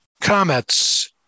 comets